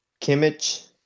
Kimmich